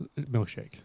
milkshake